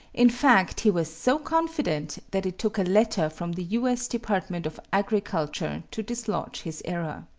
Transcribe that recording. in fact, he was so confident that it took a letter from the u s. department of agriculture to dislodge his error.